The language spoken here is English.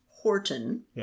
Horton